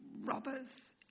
robbers